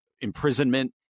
imprisonment